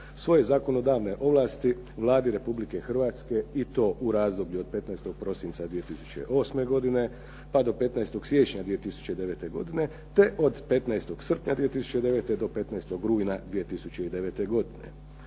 svoje zakonodavne ovlasti Vladi Republike Hrvatske i to u razdoblju od 15. prosinca 2008. godine pa do 15. siječnja 2009. godine te od 15. srpnja 2009. do 15. rujna 2009. godine.